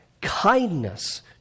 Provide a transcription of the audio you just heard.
kindness